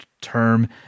term